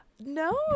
No